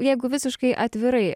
jeigu visiškai atvirai